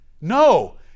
no